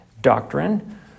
doctrine